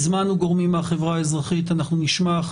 הזמנו גורמים מהחברה האזרחית, נשמע אותם.